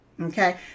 okay